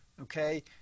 okay